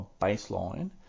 baseline